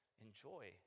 Enjoy